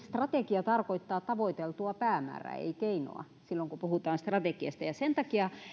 strategia tarkoittaa tavoiteltua päämäärää ei keinoa silloin kun puhutaan strategiasta sen takia